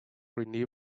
renew